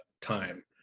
time